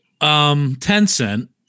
Tencent